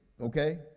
okay